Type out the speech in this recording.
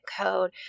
code